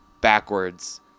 backwards